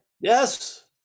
yes